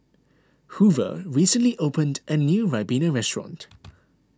Hoover recently opened a new Ribena restaurant